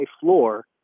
floor